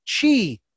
Chi